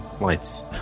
lights